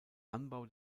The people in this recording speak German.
anbau